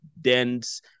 dense